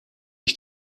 ich